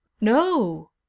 No